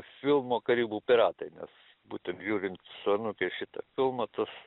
filmo karibų piratai nes būtent žiūrint su anūke šitą filmą tas